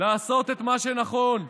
לעשות את מה שנכון.